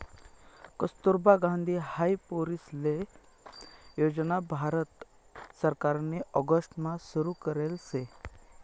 कस्तुरबा गांधी हाई पोरीसले योजना भारत सरकारनी ऑगस्ट मा सुरु करेल शे